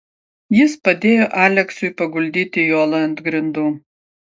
jis padėjo aleksiui paguldyti jolą ant grindų